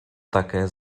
také